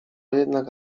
jednak